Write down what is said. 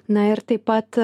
na ir taip pat